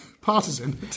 Partisan